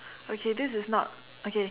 okay this is not okay